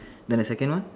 then the second one